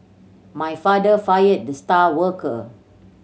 my father fired the star worker